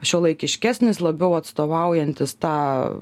šiuolaikiškesnis labiau atstovaujantis tą